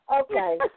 Okay